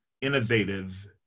innovative